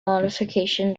modification